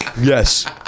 Yes